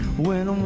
when